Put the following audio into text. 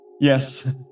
Yes